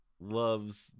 loves